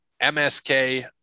MSK